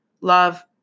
Love